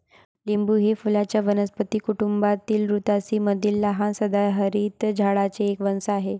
लिंबू हे फुलांच्या वनस्पती कुटुंबातील रुतासी मधील लहान सदाहरित झाडांचे एक वंश आहे